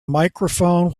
microphone